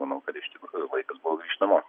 manau kad iš tikrųjų laikas buvo grįžt namo